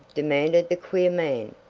demanded the queer man.